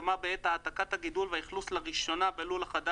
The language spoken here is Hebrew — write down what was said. כדי להגדיל את מספר המטילות בלול מעבר ל-22,500